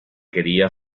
quería